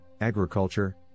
agriculture